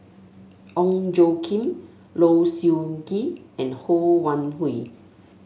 Ong Tjoe Kim Low Siew Nghee and Ho Wan Hui